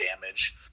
damage